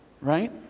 right